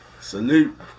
Salute